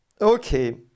okay